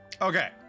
Okay